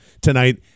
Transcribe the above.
tonight